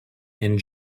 and